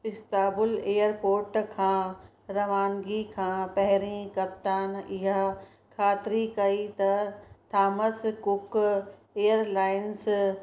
Istanbul airport खां रवानगी खां पहिरीं कप्तान इहा ख़ातिरी कई त थामस कुक एयरलाइंस